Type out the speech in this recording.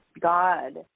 God